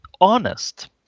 honest